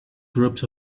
groups